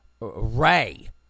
Ray